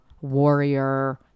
warrior